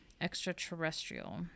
extraterrestrial